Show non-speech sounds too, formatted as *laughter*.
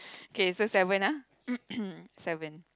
okay so seven ah *noise* seven